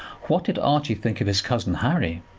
what did archie think of his cousin harry?